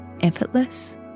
effortless